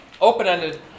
Open-ended